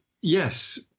yes